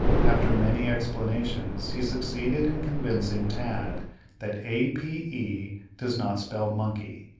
after many explanations, he succeeded in convincing tad that a p e does not spell monkey,